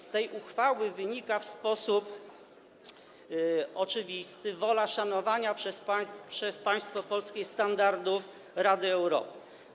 Z tej uchwały wynika w sposób oczywisty wola szanowania przez państwo polskie standardów Rady Europy.